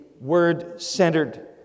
Word-centered